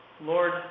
Lord